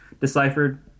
deciphered